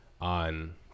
on